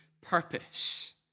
purpose